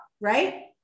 right